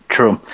True